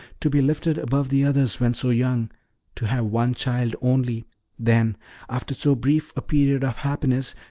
to be lifted above the others, when so young to have one child only then after so brief a period of happiness,